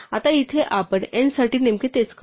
आता इथे आपण n साठी नेमके तेच करतो